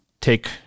take